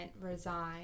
resign